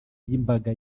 y’imbaga